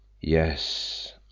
Yes